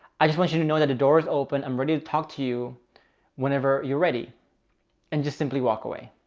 i just want you to know that the door is open. i'm ready to talk to you whenever you're ready and just simply walk away.